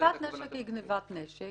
גניבת נשק היא גניבת נשק,